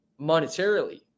monetarily